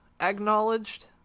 Acknowledged